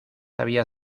había